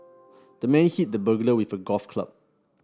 the man hit the burglar with a golf club